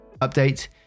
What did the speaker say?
Update